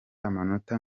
amanota